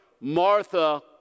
Martha